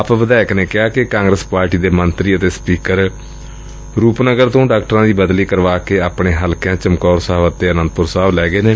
ਆਪ ਵਿਧਾਇਕ ਨੇ ਕਿਹਾ ਕਿ ਕਾਂਗਰਸ ਪਾਰਟੀ ਦੇ ਮੰਤਰੀ ਅਤੇ ਸਪੀਕਰ ਰੂਪਨਗਰ ਤੋਂ ਡਾਕਟਰਾਂ ਦੀ ਬਦਲੀ ਕਰਵਾ ਕੇ ਆਪਣੇ ਹਲਕਿਆਂ ਚਮਕੌਰ ਸਾਹਿਬ ਅਤੇ ਆਨੰਦਪੁਰ ਸਾਹਿਬ ਚ ਲੈ ਗਏ ਨੇ